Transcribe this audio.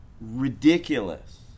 ridiculous